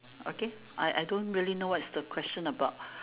okay I I don't really know what's the question about